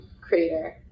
creator